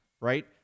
right